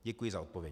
Děkuji za odpověď.